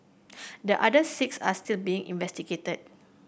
the other six are still being investigated